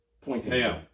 Pointing